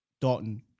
Dalton